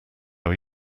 are